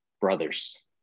brothers